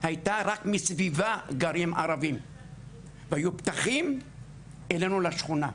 היו רק מסביבה גרים ערבים והיו פתחים אלינו לשכונה,